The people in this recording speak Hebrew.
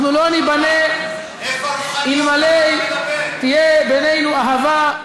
אנחנו לא ניבנה אם לא תהיה בינינו אהבה,